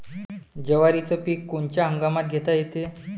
जवारीचं पीक कोनच्या हंगामात घेता येते?